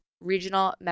Regional